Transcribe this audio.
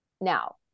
Now